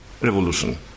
revolution